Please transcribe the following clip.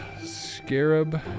Scarab